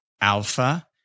Alpha